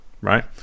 right